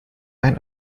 ein